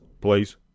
please